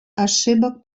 ошибок